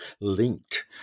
linked